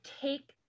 take